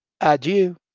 adieu